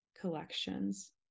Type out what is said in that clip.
collections